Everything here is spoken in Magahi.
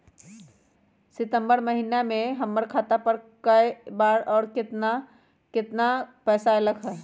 सितम्बर महीना में हमर खाता पर कय बार बार और केतना केतना पैसा अयलक ह?